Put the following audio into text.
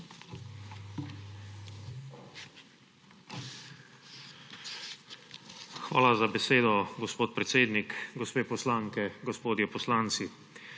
Hvala za besedo, gospod predsednik. Gospe poslanke, gospodje poslanci!